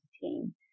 team